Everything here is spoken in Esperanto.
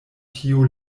tio